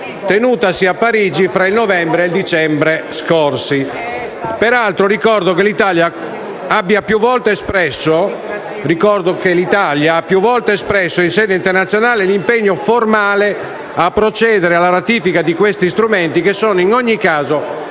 tenutasi a Parigi fra il novembre e il dicembre scorsi. Peraltro, ricordo che l'Italia ha più volte espresso in sede internazionale l'impegno formale a procedere alla ratifica di questi strumenti, che sono in ogni caso